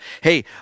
hey